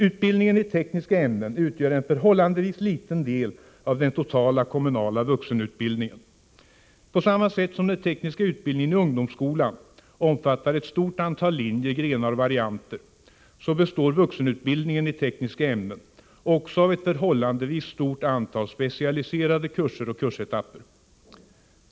Utbildningen i tekniska ämnen utgör en förhållandevis liten del av den totala kommunala vuxenutbildningen. På samma sätt som den tekniska utbildningen i ungdomsskolan omfattar ett stort antal linjer, grenar och varianter, består vuxenutbildningen i tekniska ämnen också av ett förhållandevis stort antal specialiserade kurser och kursetapper.